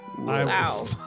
Wow